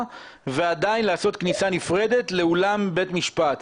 ועדיין לעשות כניסה נפרדת לאולם בית המשפט,